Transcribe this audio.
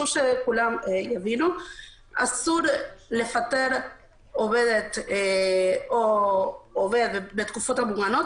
אסור לפטר עובדת או עובד בתקופות המוגנות,